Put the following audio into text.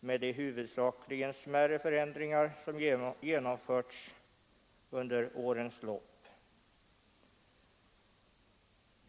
med de huvudsakligen smärre förändringar som genomförts under årens lopp.